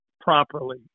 properly